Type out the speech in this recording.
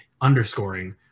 underscoring